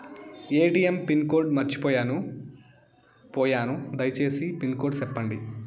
ATM pin code మర్చిపోయాను పోయాను దయసేసి పిన్ కోడ్ సెప్పండి?